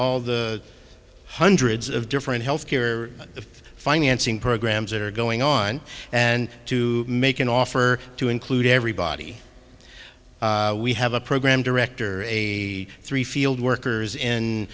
all the hundreds of different health care of financing programs that are going on and to make an offer to include everybody we have a program director a three field workers in